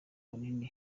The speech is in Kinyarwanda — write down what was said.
bunini